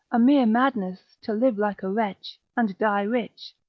a mere madness, to live like a wretch, and die rich.